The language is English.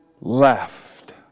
left